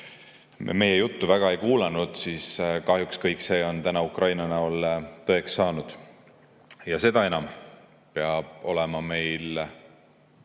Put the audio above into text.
meie juttu väga ei kuulanud – kahjuks kõik see on täna Ukrainas tõeks saanud. Ja seda enam peab olema meil kohustus